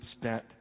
spent